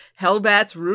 Hellbats